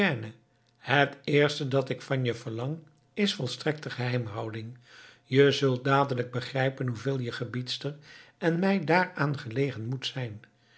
het eerste dat ik van je verlang is volstrekte geheimhouding je zult dadelijk begrijpen hoeveel je gebiedster en mij daaraan gelegen moet zijn